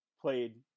played